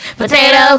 potato